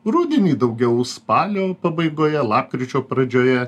rudenį daugiau spalio pabaigoje lapkričio pradžioje